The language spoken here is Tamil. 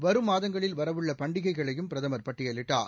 வரும் மாதங்களில் வரவுள்ள பண்டிகைகளையும் பிரதமர் பட்டியலிட்டார்